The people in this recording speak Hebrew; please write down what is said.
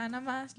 פנמה, (36)